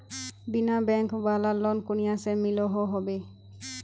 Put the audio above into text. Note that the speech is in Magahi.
बिना बैंक वाला लोन कुनियाँ से मिलोहो होबे?